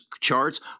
charts